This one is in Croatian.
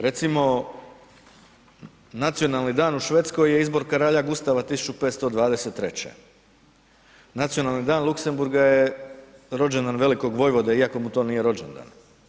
Recimo, nacionalni dan u Švedskoj je izbor kralja Gustava 1523., nacionalni dan Luksemburga je rođendan Velikog vojvode iako mu to nije rođendan.